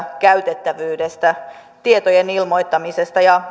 käytettävyyttä tietojen ilmoittamista ja